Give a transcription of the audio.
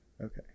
Okay